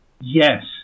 yes